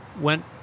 went